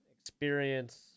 experience